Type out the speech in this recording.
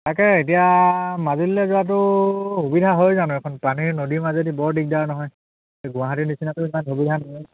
তাকে এতিয়া মাজুলীলে যোৱাটো সুবিধা হয় জানো এখন পানীৰ নদীৰ মাজেদি বৰ দিগদাৰ নহয় গুৱাহাটীৰ নিচিনাতো ইমান সুবিধা নহয়